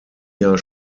jahr